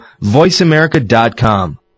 voiceamerica.com